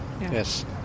Yes